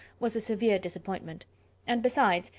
was a severe disappointment and, besides,